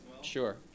sure